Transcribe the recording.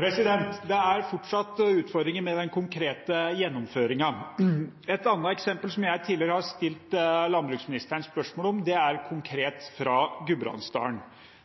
Det er fortsatt utfordringer med den konkrete gjennomføringen. Et annet eksempel som jeg tidligere har stilt landbruksministeren spørsmål om, er konkret fra Gudbrandsdalen.